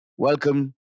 Welcome